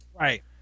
Right